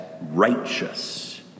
righteous